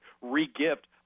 re-gift